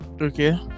Okay